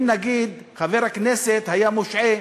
אם נגיד חבר הכנסת היה מושעה,